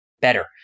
better